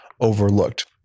overlooked